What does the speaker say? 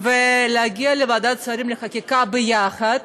ולהגיע לוועדת שרים לחקיקה ביחד,